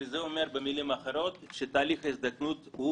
שזה אומר במילים אחרות שתהליך ההזדקנות הוא